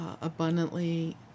abundantly